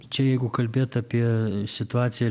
čia jeigu kalbėt apie situaciją